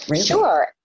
Sure